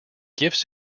gifts